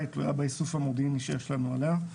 תלויה באיסוף המודיעיני שיש לנו עליה.